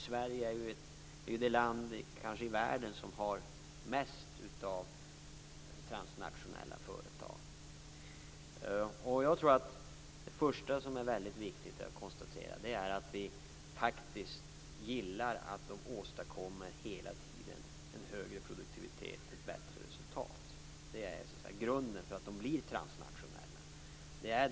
Sverige är kanske det land som har mest i världen av transnationella företag. Det första som är viktigt att konstatera är att vi faktiskt gillar att de hela tiden åstadkommer en högre produktivitet och ett bättre resultat. Det är grunden för att de blir transnationella.